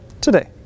today